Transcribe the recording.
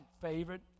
favorite